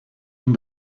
een